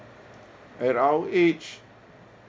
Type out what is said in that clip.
at our age